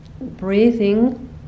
breathing